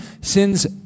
sin's